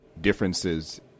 differences